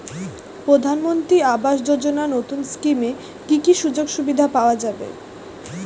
প্রধানমন্ত্রী আবাস যোজনা নতুন স্কিমে কি কি সুযোগ সুবিধা পাওয়া যাবে?